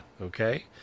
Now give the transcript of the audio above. Okay